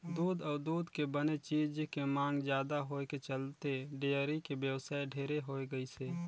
दूद अउ दूद के बने चीज के मांग जादा होए के चलते डेयरी के बेवसाय ढेरे होय गइसे